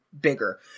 bigger